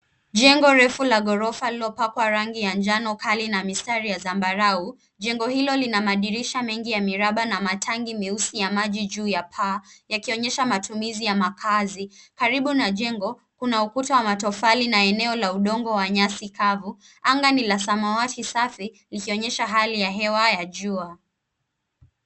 Jengo refu la gorofa lililopakwa rangi ya njano kali na mistari ya zambarau jengo hilo lina madirisha mengi ya miraba na matangi meusi ya maji juu ya paa yakionyesha matumizi ya makazi karibu na jengo kuna ukuta wa matofari na eneo la udongo wa nyasi kavu. Anga ni la samawati safi likionyesha hali ya hewa ya jua.